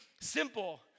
simple